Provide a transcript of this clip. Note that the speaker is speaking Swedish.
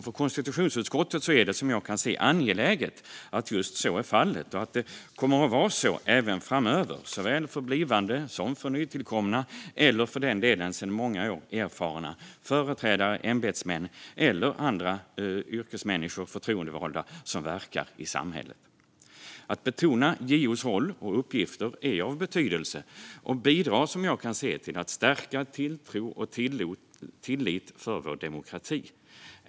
För konstitutionsutskottet är det, som jag kan se, angeläget att just så är fallet och att det kommer att vara så även framöver, såväl för blivande som för nytillkomna eller för den delen sedan många år erfarna företrädare, ämbetsmän eller andra yrkesmänniskor och förtroendevalda som verkar i samhället. Att betona JO:s roll och uppgifter är av betydelse och bidrar, som jag kan se, till att stärka tilltro och tillit till vår demokrati.